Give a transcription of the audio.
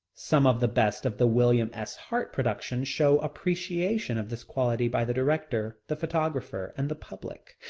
some of the best of the william s. hart productions show appreciation of this quality by the director, the photographer, and the public.